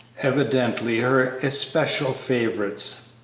evidently her especial favorites.